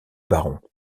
barons